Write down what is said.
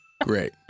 Great